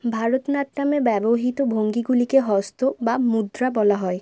ভারতনাট্যমে ব্যবহৃত ভঙ্গিগুলিকে হস্ত বা মুদ্রা বলা হয়